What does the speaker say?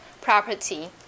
property